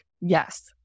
Yes